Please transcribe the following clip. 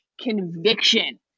conviction